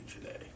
today